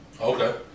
Okay